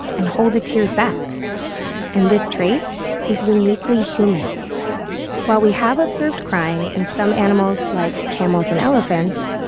and hold the tears back and this trait is uniquely human while we have observed crying in some animals like camels and elephants,